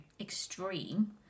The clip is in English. extreme